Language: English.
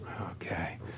Okay